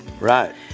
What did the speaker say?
Right